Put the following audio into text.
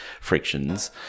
frictions